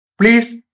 Please